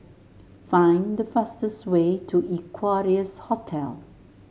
find the fastest way to Equarius Hotel